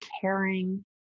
caring